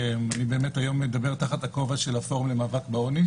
אני היום אדבר תחת הכובע של הפורום למאבק בעוני,